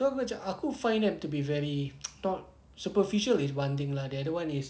so aku macam find that to be very thought superficial is one thing lah the other [one] is